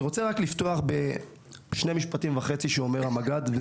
אני רוצה לצטט שני משפטים וחצי שאומר המג"ד: